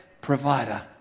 provider